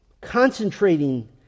Concentrating